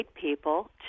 people